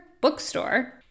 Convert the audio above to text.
Bookstore